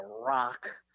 rock